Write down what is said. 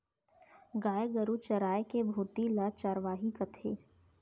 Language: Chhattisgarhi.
गाय गरू चराय के भुती ल चरवाही कथें